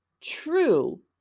true